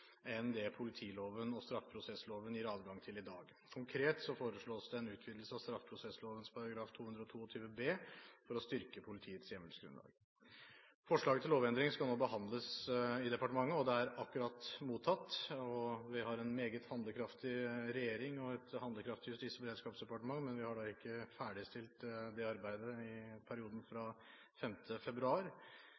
enn det politiloven og straffeprosessloven gir adgang til i dag. Konkret foreslås det en utvidelse av straffeprosessloven § 222 b for å styrke politiets hjemmelsgrunnlag. Forslaget til lovendring skal nå behandles i departementet. Det er akkurat mottatt. Vi har en meget handlekraftig regjering og et handlekraftig justis- og beredskapsdepartement, men vi har ikke ferdigstilt det arbeidet i perioden fra